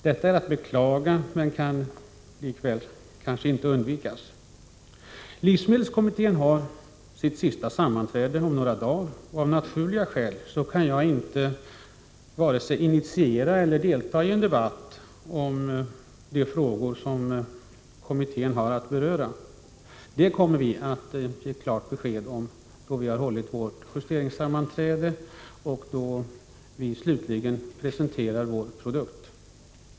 Detta är att beklaga men kan kanske inte undvikas. Livsmedelskommittén har sitt sista sammanträde om några dagar, och av naturliga skäl kan jag inte vare sig initiera eller delta i en debatt om de frågor som kommittén har att behandla. Vi kommer att ge klart besked när vi hållit vårt justeringssammanträde och då vi slutligen presenterar vår produkt.